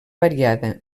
variada